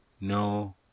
no